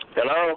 Hello